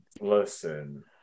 Listen